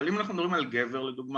אבל אם אנחנו מדברים על גבר לדוגמה,